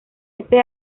este